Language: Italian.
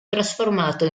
trasformato